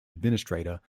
administrator